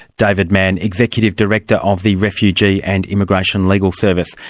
david manne, executive director of the refugee and immigration legal service,